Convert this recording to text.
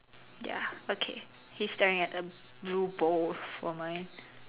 ya okay he's staring at a blue bowl for mine